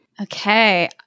Okay